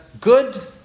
good